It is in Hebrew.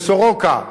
ב"סורוקה",